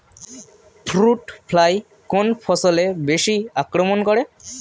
Fruit fly কোন ফসলে বেশি আক্রমন করে?